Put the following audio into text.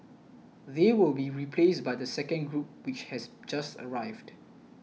they will be replaced by the second group which has just arrived